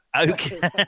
Okay